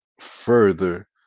further